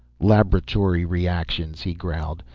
laboratory reactions! he growled.